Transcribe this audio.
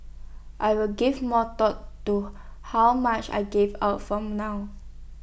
I will give more thought to how much I give out from now